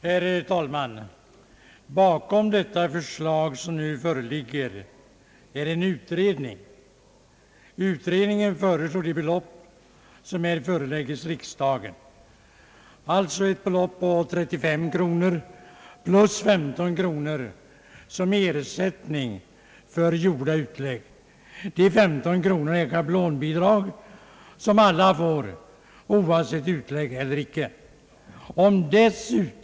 Herr talman! I förevarande fråga har en enhällig utredning föreslagit ett övervakararvode på 35 kronor plus 15 kronor som ersättning för gjorda utlägg. De 15 kronorna är ett schablonbelopp som varje övervakare får oavsett om han haft utlägg eller inte.